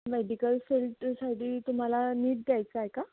medical फील्डसाठी तुम्हाला NEET द्यायचा आहे का